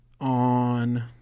on